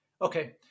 Okay